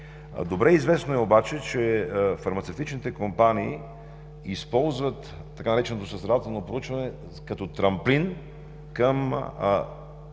Добре известно е, че фармацевтичните компании използват така нареченото „състрадателно проучване“ като трамплин към